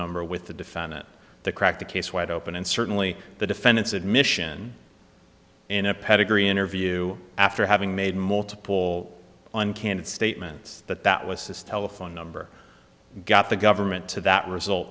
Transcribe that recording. number with the defendant the cracked the case wide open and certainly the defendant's admission in a pedigree interview after having made multiple uncandid statements but that was his telephone number got the government to that result